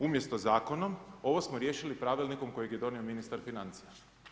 Umjesto zakonom ovo smo riješili pravilnikom kojeg je donio ministar financija.